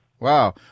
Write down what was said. Wow